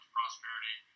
prosperity